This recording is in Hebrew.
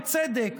בצדק,